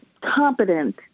competent